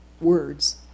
words